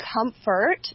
comfort